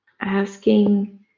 asking